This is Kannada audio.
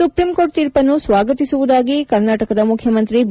ಸುಪ್ರೀಂಕೋರ್ಟ್ ತೀರ್ಪನ್ನು ಸ್ನಾಗತಿಸುವುದಾಗಿ ಕರ್ನಾಟಕದ ಮುಖ್ಯಮಂತಿ ಬಿ